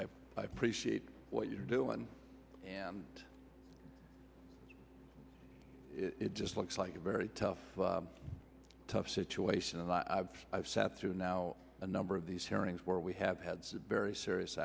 appreciate what you're doing and it just looks like a very tough tough situation and i've i've sat through now a number of these hearings where we have had very serious